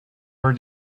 were